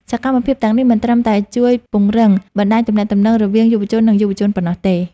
សកម្មភាពទាំងនេះមិនត្រឹមតែជួយពង្រឹងបណ្ដាញទំនាក់ទំនងរវាងយុវជន និងយុវជនប៉ុណ្ណោះទេ។